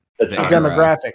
demographic